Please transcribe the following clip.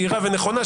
בהירה ונכונה,